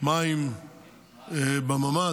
מים בממ"ד,